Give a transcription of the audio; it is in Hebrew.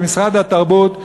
במשרד התרבות,